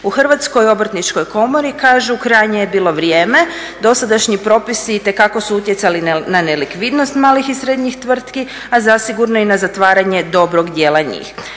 U Hrvatskoj obrtničkoj komori kažu krajnje je bilo vrijeme, dosadašnji propisi itekako su utjecali na nelikvidnost malih i srednjih tvrtki, a zasigurno i na zatvaranje dobrog dijela njih.